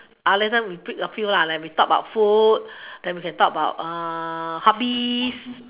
uh later we pick a few ah like we talk about food then we can talk about hobbies